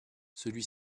celui